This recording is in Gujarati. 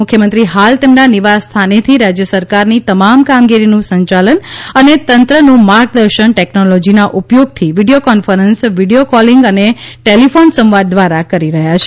મુખ્યમંત્રી હાલ તેમના નિવાસસ્થાનેથી રાજ્ય સરકારની તમામ કામગીરીનું સંચાલન અને તંત્રનું માર્ગદર્શન ટેકનોલોજીના ઉપયોગથી વિડીયો કોન્ફરન્સ વિડીયો કોલીંગ અને ટેલિફોન સંવાદ દ્વારા કરી રહ્યા છે